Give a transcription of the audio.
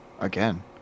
Again